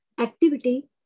activity